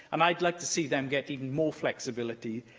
and i'd like to see them get even more flexibility,